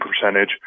percentage